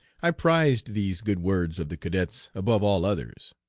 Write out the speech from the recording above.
i prized these good words of the cadets above all others.